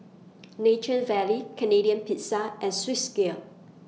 Nature Valley Canadian Pizza and Swissgear